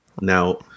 Now